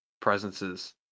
presences